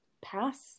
pass